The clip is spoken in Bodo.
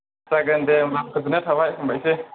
जागोन दे होनब्ला गोजोननाय थाबाय हामबायसै